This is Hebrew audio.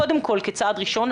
קודם כל כצעד ראשון,